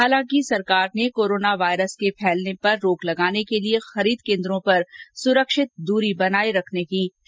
हालांकि सरकार ने कोरोना वायरस के फैलने पर रोक लगाने के लिए खरीद केन्द्रों पर सुरक्षित दूरी बनाये रखने की शर्त लागू की है